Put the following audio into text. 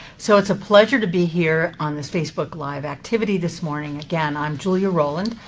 so it's a pleasure to be here on this facebook live activity this morning. again, i'm julia rowland,